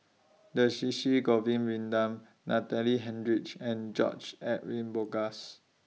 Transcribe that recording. Govin Winodan Natalie Hennedige and George Edwin Bogaars